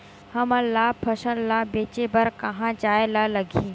हमन ला फसल ला बेचे बर कहां जाये ला लगही?